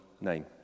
name